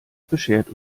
beschert